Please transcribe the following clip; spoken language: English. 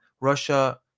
Russia